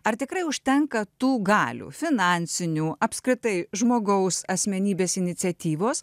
ar tikrai užtenka tų galių finansinių apskritai žmogaus asmenybės iniciatyvos